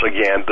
again